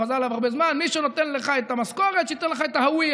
הוא חזר עליו הרבה זמן: מי שנותן לך את המשכורת שייתן לך את ההאוויה.